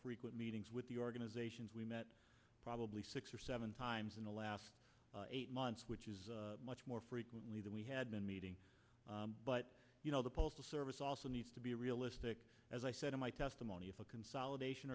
frequent meetings with the organizations we met probably six or seven times in the last eight months which is much more frequently than we had been meeting but the postal service also needs to be realistic as i said in my testimony if a consolidation